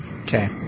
Okay